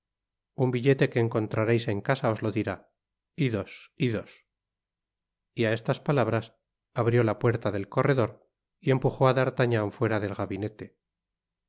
un biltete que encontrareis en casa os lo dirá idos idos y á estas palabras abrió la puerta del corredor y empujó á d'artagnan fuera del gabinete